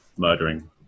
Murdering